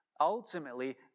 Ultimately